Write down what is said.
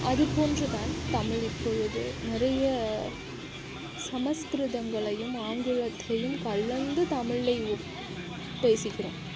அதுபோன்று தான் தமிழ் இப்பொழுது நிறைய சமஸ்கிருதங்களையும் ஆங்கிலத்தையும் கலந்து தமிழை பேசுகிறோம்